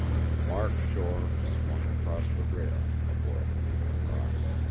and mark shore swung across the rail, aboard the nathan ross.